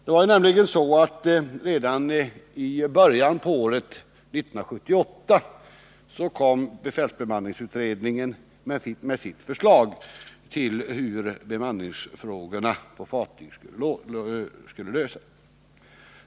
Det var nämligen så att befälsbemanningsutredningen redan i början på 1978 kom med sitt förslag till hur bemanningsfrågorna på fartyg skulle behandlas.